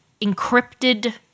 encrypted